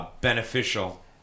Beneficial